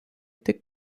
tik